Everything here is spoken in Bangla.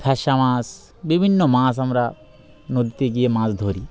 ঢ্যাঁশা মাছ বিভিন্ন মাছ আমরা নদীতে গিয়ে মাছ ধরি